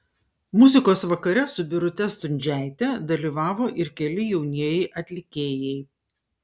muzikos vakare su birute stundžiaite dalyvavo ir keli jaunieji atlikėjai